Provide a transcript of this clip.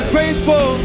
faithful